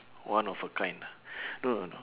one of a kind ah no no no